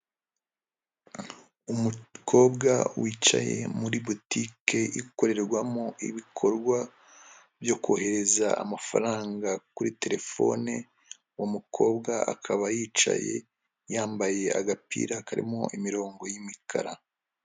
Umukobwa wicaye muri butike ikorerwamo ibikorwa byo kohereza amafaranga kuri terefone, uwo mukobwa akaba yicaye yambaye agapira karimo imirongo y'imikara.